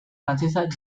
francesa